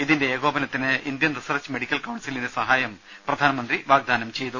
ഇതിന്റെ ഏകോപനത്തിന് Indian research medical കൌൺസിലിന്റെ സഹായവും പ്രധാനമന്ത്രി വാഗ്ദാനം ചെയ്തു